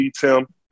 Tim